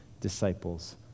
disciples